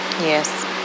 Yes